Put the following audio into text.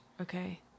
okay